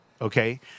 Okay